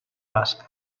basca